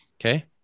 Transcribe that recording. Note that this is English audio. Okay